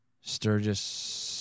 Sturgis